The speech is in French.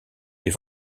les